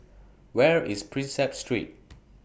Where IS Prinsep Street